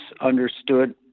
understood